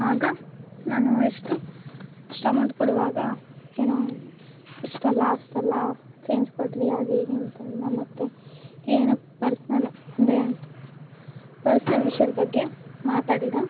ಆಗ ನಾನು ಎಷ್ಟು ಅಷ್ಟು ಅಮೌಂಟ್ ಕೊಡುವಾಗ ಏನೋ ಇಷ್ಟಲ್ಲ ಅಷ್ಟಲ್ಲ ಚೇಂಜ್ ಕೊಡಿರಿ ಹಾಗೆ ಹೀಗೆ ಅಂತಂದ ಮತ್ತು ಏನೋ ಪರ್ಸ್ನಲು ಅಂದರೆ ಪರ್ಸ್ನಲ್ ವಿಷ್ಯದ ಬಗ್ಗೆ ಮಾತಾಡಿದ